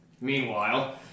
Meanwhile